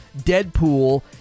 Deadpool